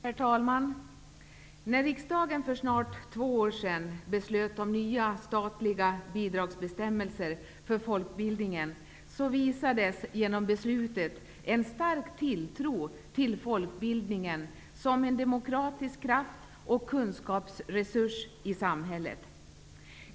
Herr talman! När riksdagen för snart två år sedan beslöt om nya statliga bidragsbestämmelser för folkbildningen visade man genom beslutet en stark tilltro till folkbildningen som en demokratisk kraft och kunskapsresurs i samhället.